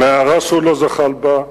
מערה שלא זחל בה,